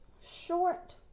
short